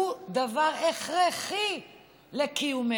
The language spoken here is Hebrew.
הוא דבר הכרחי לקיומנו.